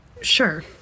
Sure